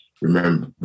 remember